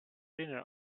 dinner